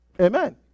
Amen